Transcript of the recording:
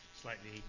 slightly